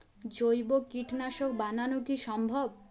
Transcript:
জৈব কীটনাশক বানানো কি সম্ভব?